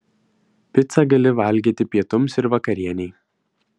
picą gali valgyti pietums ir vakarienei